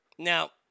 Now